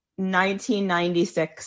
1996